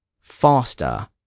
faster